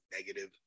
negative